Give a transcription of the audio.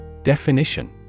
Definition